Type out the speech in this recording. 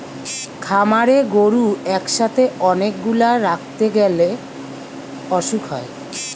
খামারে গরু একসাথে অনেক গুলা রাখতে গ্যালে অসুখ হয়